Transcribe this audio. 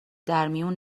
درمیون